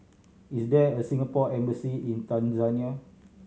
is there a Singapore Embassy in Tanzania